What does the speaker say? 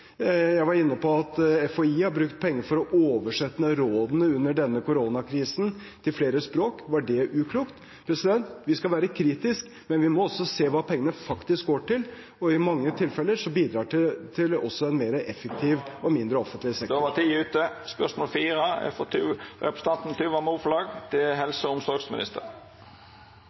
Jeg var inne på at FHI har brukt penger til å oversette rådene under denne koronakrisen til flere språk. Var det uklokt? Vi skal være kritiske, men vi må også se på hva pengene faktisk går til. I mange tilfeller bidrar det til en mer effektiv og mindre